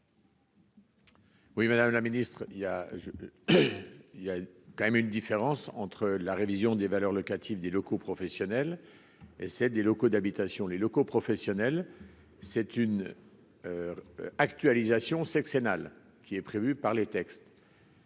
Oui, madame la ministre, il y a, il y a quand même une différence entre la révision des valeurs locatives des locaux professionnels et c'est des locaux d'habitation, les locaux professionnels, c'est une actualisation sexe anal qui est prévu par les textes.